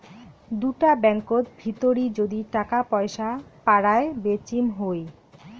দুটা ব্যাঙ্কত ভিতরি যদি টাকা পয়সা পারায় বেচিম হই